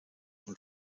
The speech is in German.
und